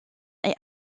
est